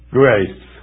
grace